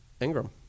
Ingram